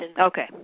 Okay